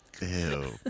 Ew